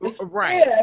right